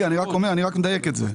אני רק מדייק את הדברים.